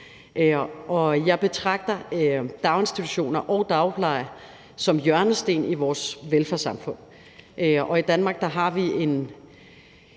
Jeg betragter daginstitutioner og dagpleje som hjørnesten i vores velfærdssamfund. I Danmark har vi jo